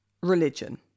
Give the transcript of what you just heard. religion